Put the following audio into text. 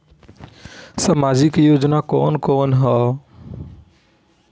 सामाजिक योजना कवन कवन ह?